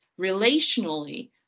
relationally